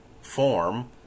form